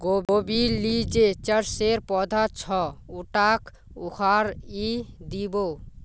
गोबीर ली जे चरसेर पौधा छ उटाक उखाड़इ दी बो